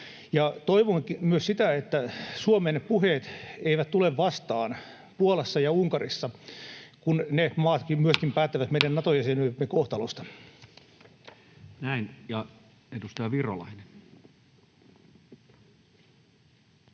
Toivon myös sitä, että Suomen puheet eivät tule vastaan Puolassa ja Unkarissa, kun myöskin ne maat päättävät meidän Nato-jäsenyytemme kohtalosta. [Speech 91] Speaker: Toinen